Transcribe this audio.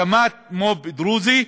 הקמת מו"פ דרוזי,